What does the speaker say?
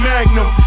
Magnum